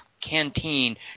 canteen